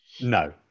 No